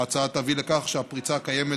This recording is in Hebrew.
ההצעה תביא לכך שהפרצה הקיימת